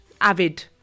avid